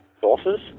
sources